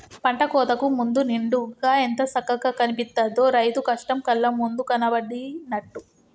పంట కోతకు ముందు నిండుగా ఎంత సక్కగా కనిపిత్తదో, రైతు కష్టం కళ్ళ ముందు కనబడినట్టు